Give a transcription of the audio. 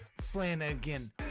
Flanagan